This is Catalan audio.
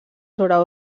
sobre